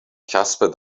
کسب